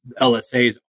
LSAs